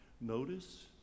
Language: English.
Notice